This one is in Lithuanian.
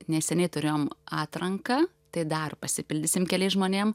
neseniai turėjom atranką tai dar pasipildysim keliais žmonėm